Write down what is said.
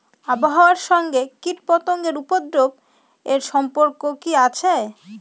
আবহাওয়ার সঙ্গে কীটপতঙ্গের উপদ্রব এর সম্পর্ক কি আছে?